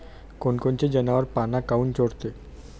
कोनकोनचे जनावरं पाना काऊन चोरते?